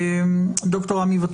דוקטור הלל